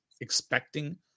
expecting